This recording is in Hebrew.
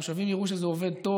והתושבים יראו שזה עובד טוב.